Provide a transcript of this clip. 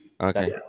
Okay